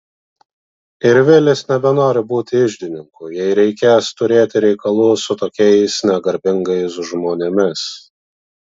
ir vilis nebenori būti iždininku jei reikės turėti reikalų su tokiais negarbingais žmonėmis